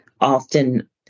often